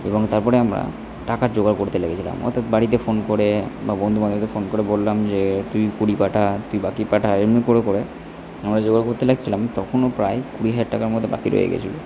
এবং তারপরে আমরা টাকার জোগাড় করতে লেগেছিলাম অর্থাৎ বাড়িতে ফোন করে বা বন্ধু বান্ধবদেরকে ফোন করে বললাম যে তুই কুড়ি পাঠা তুই বাকি পাঠা এমনি করে করে আমরা জোগাড় করতে লাগছিলাম তখনও প্রায় কুড়ি হাজার টাকার মতো বাকি রয়ে গেছিলো